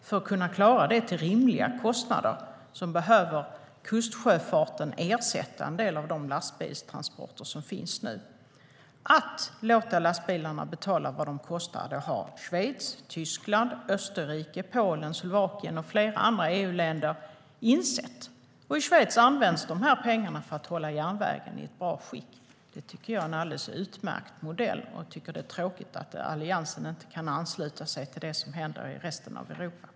För att kunna klara det till rimliga kostnader behöver kustsjöfarten ersätta en del av lastbilstransporterna.